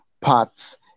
parts